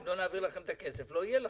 אם לא נעביר את הכסף לא יהיה לכם.